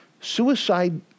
suicide